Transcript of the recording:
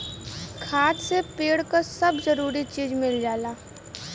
खाद से पेड़ क सब जरूरी चीज मिल जाला